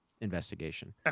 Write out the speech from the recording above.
Investigation